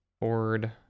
Ford